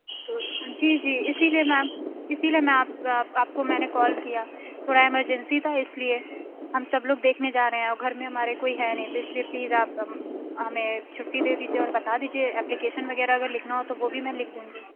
تو جی جی اسی لیے میم اسی لیے میں آپ آپ کو میں نے کال کیا تھوڑا ایمرجنسی تھا اس لیے ہم سب لوگ دیکھنے جا رہے ہیں اور گھر میں ہمارے کوئی ہے نہیں تو اس لیے پلیز آپ ہمیں چھٹی دے دیجیے اور بتا دیجیے اپلیکیشن وغیرہ اگر لکھنا ہو تو وہ بھی میں لکھ دوں گی